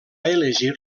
elegir